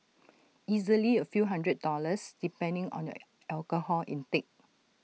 easily A few housand dollars depending on your alcohol intake